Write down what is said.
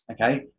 okay